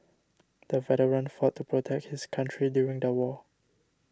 the veteran fought to protect his country during the war